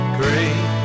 great